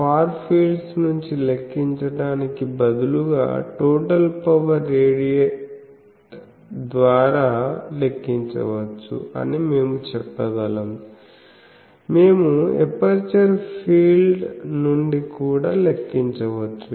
far fields నుండి లెక్కించడానికి బదులుగా టోటల్ పవర్ రేడియేట్ ద్వారా లెక్కించవచ్చు అని మేము చెప్పగలం మేము ఎపర్చరు ఫీల్డ్స్ నుండి కూడా లెక్కించవచ్చు